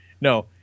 No